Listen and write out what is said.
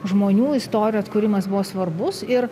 žmonių istorijos kūrimas buvo svarbus ir